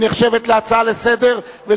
היא נחשבת להצעה לסדר-היום,